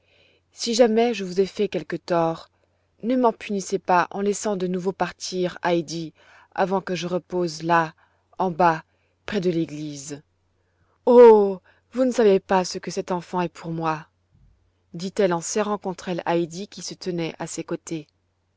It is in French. si jamais je vous ai fait quelque tort ne m'en punissez pas en laissant de nouveau partir heidi avant que je repose là en bas près de l'église oh vous ne savez pas ce que cette enfant est pour moi dit-elle en serrant contre elle heidi qui se tenait à ses côtés